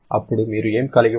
అప్పుడు మీరు ఏమి కలిగి ఉన్నారు